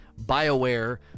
BioWare